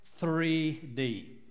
3D